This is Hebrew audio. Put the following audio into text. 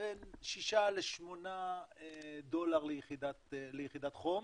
בין שישה לשמונה דולר ליחידת חום